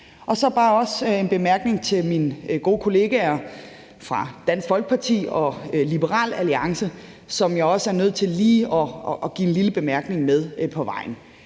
Så har jeg også en bemærkning til mine gode kollegaer fra Dansk Folkeparti og Liberal Alliance, som jeg er også nødt til lige at give lille bemærkning med på vejen.